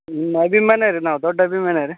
ನಿಮ್ಮ ಅಭಿಮಾನಿ ರೀ ನಾವು ದೊಡ್ಡ ಅಭಿಮಾನಿ ರೀ